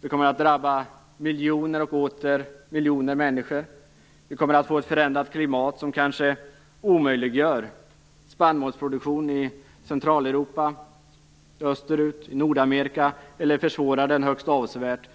Det kommer att drabba miljoner och åter miljoner människor. Vi kommer att få ett förändrat klimat som kanske omöjliggör spannmålsproduktion i Centraleuropa och Nordamerika, eller försvårar den högst avsevärt.